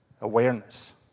awareness